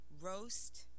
roast